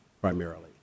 primarily